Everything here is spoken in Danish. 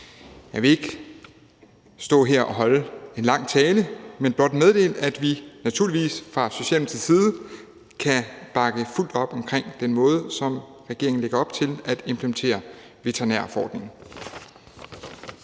Jeg vil ikke stå her og holde en lang tale, men blot meddele, at vi naturligvis fra Socialdemokratiets side kan bakke fuldt op omkring den måde, som regeringen lægger op til at implementere veterinærforordningen